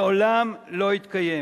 מעולם לא התקיים.